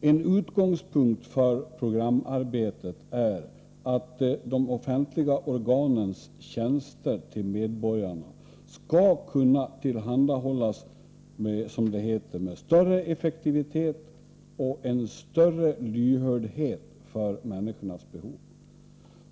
En utgångspunkt för programarbetet är att de offentliga organens tjänster till medborgarna skall kunna tillhandahållas med en större effektivitet och en större lyhördhet för människornas behov.